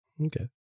Okay